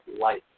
life